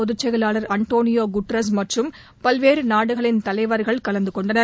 பொதுச் செயலாளர் Antonio Guterres மற்றும் பல்வேறு நாடுகளின் தலைவர்கள் கலந்துகொண்டனர்